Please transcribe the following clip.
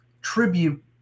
tribute